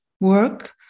work